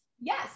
Yes